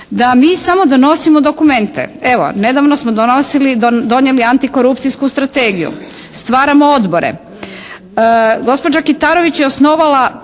da mi samo donosimo dokumente. Evo, nedavno smo donijeli antikorupcijsku strategiju, stvaramo odbore.